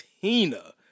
Tina